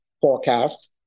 forecast